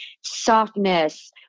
softness